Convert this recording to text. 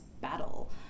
battle